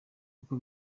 uko